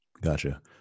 Gotcha